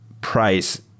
price